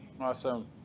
Awesome